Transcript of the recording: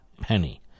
penny